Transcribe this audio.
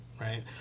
right